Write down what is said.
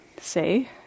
say